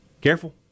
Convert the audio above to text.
careful